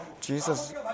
Jesus